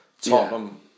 Tottenham